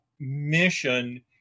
mission